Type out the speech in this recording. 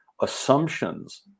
assumptions